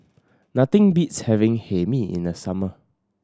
nothing beats having Hae Mee in the summer